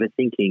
overthinking